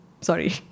Sorry